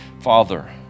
Father